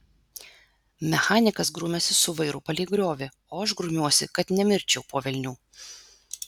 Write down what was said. mechanikas grumiasi su vairu palei griovį o aš grumiuosi kad nemirčiau po velnių